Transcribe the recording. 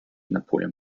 napoleon